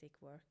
work